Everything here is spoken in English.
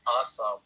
awesome